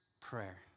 prayer